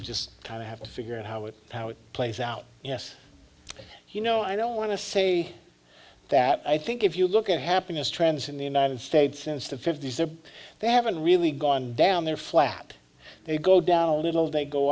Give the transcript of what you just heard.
just kind of have to figure out how it how it plays out yes you know i don't want to say that i think if you look at happiness trends in the united states since the fifty's there they haven't really gone down their flat they go down a little they go